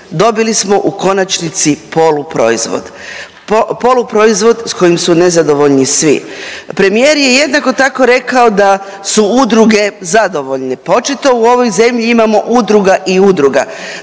dobili smo u konačnici poluproizvod, poluproizvod s kojim su nezadovoljni svi. Premijer je jednako tako rekao da su udruge zadovoljne, pa očito u ovoj zemlji imamo udruga i udruga.